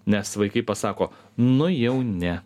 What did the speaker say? nes vaikai pasako nu jau ne